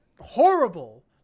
horrible